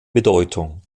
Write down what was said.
bedeutung